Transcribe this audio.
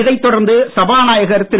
இதனைத் தொடர்ந்து சபாநயாகர் திரு